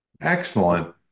excellent